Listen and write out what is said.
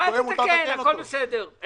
אל תתקן, הכול בסדר.